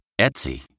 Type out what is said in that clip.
Etsy